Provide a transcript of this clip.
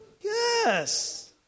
Yes